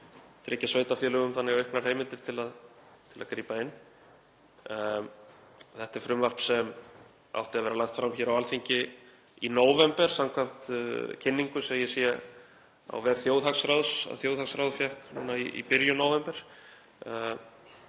tryggja sveitarfélögum þannig auknar heimildir til að grípa inn í. Þetta er frumvarp sem átti að leggja fram á Alþingi í nóvember samkvæmt kynningu sem ég sé á vef þjóðhagsráðs að þjóðhagsráð fékk núna í byrjun nóvember.